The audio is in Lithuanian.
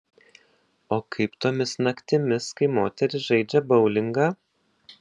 o kaip tomis naktimis kai moterys žaidžia boulingą